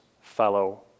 fellow